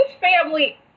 family